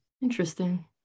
Interesting